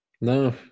no